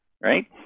Right